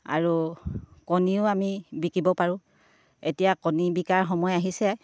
আৰু কণীও আমি বিকিব পাৰোঁ এতিয়া কণী বিকাৰ সময় আহিছে